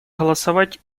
голосовать